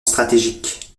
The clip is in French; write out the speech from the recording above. stratégique